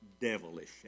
devilish